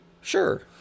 sure